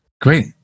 Great